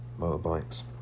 motorbikes